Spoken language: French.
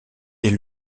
est